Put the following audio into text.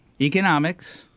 Economics